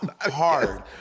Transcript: hard